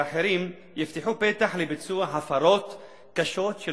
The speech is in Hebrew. ואחרים יפתחו פתח לביצוע הפרות קשות של